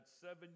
seven